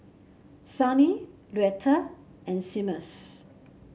Sunny Luetta and Seamus